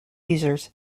users